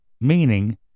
Meaning